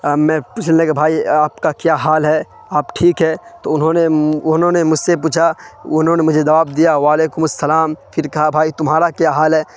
میں پوچھنے لگا بھائی آپ کا کیا حال ہے آپ ٹھیک ہیں تو انہوں نے انہوں نے مجھ سے پوچھا انہوں نے مجھے جواب دیا و علیکم السلام پھر کہا بھائی تمہارا کیا حال ہے